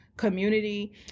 community